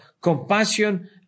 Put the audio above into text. compassion